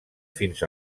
fins